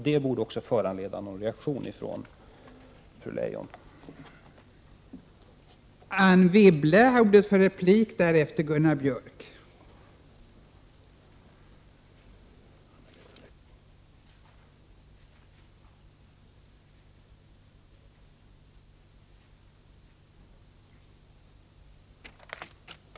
Det borde också föranleda någon reaktion från fru Leijon.